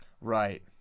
Right